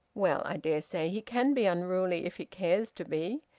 well, i dare say he can be unruly if he cares to be.